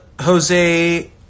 Jose